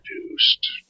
produced